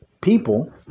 people